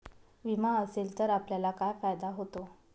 विमा असेल तर आपल्याला काय फायदा होतो?